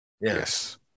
Yes